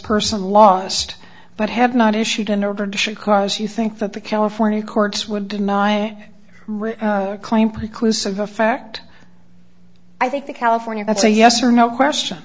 person longest but have not issued an order to show cause you think that the california courts would deny or claim precludes some effect i think the california that's a yes or no question